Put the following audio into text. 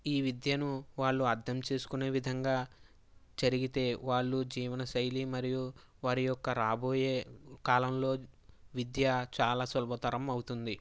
ఈ విద్యను వాళ్ళు అర్థం చేసుకునే విధంగా జరిగితే వాళ్ళు జీవనశైలి మరియు వారి యొక్క రాబోయే కాలంలో విద్య చాలా సులభతరం అవుతుంది